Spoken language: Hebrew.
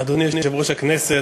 אדוני יושב-ראש הכנסת,